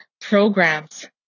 programs